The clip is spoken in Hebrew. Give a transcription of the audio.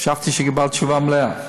חשבתי שקיבלת תשובה מלאה.